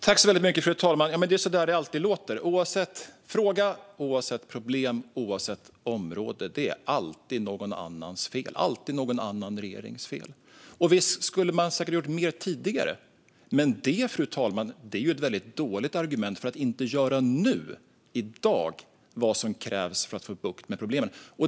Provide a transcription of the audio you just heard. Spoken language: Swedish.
Fru talman! Det är så det alltid låter. Oavsett fråga, oavsett problem och oavsett område är det alltid någon annans fel. Det är alltid någon annan regerings fel. Visst skulle man säkert ha gjort mer tidigare, men det, fru talman, är ju ett väldigt dåligt argument för att inte i dag göra vad som krävs för att få bukt med problemen.